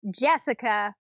Jessica